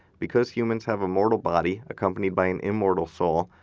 because humans have a mortal body accompanied by an immortal soul,